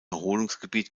erholungsgebiet